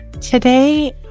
Today